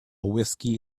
whiskey